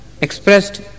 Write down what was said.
expressed